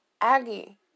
Aggie